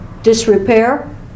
Disrepair